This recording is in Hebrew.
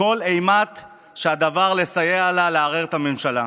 כל אימת שהדבר מסייע לה לערער את הממשלה.